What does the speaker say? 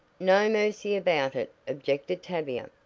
no mercy about it, objected tavia,